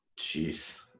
Jeez